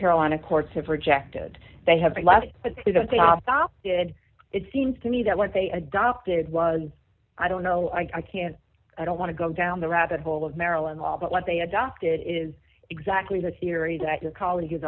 carolina courts have rejected they have less opted it seems to me that what they adopted was i don't know i can't i don't want to go down the rabbit hole of maryland law but what they adopted is exactly the theory that your colleague